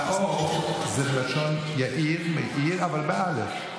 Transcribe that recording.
נאור זה מלשון יאיר, מאיר, אבל באל"ף.